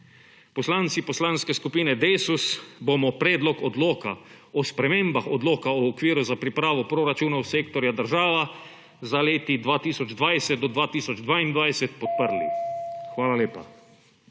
Poslanci Poslanske skupine Desus bomo Predlog odloka o spremembah Odloka o okviru za pripravo proračunov sektorja država za obdobje od 2020 do 2022 podprli. Hvala lepa.